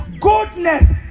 goodness